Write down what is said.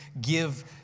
give